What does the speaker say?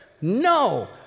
No